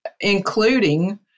including